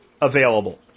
available